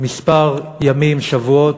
כמה ימים או שבועות,